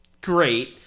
great